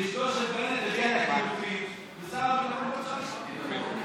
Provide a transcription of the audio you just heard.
שאשתו של בנט הביאה את הקינוחים ושר הביטחון הגיש אותם.